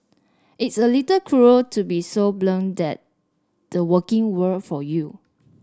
it's a little cruel to be so blunt that the working world for you